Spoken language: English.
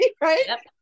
right